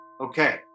Okay